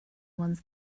ones